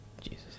Jesus